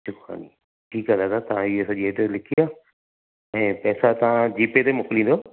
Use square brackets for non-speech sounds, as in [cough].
[unintelligible] ठीक आहे दादा तव्हां इएं सॼी ऐड्रेस लिखी आहे ऐं पैसा तव्हां जी पे ते मोकिलींदव